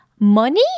money